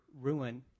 ruin